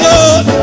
Lord